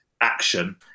action